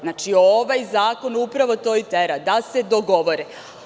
Znači, ovaj zakon upravo to i tera, da se dogovore.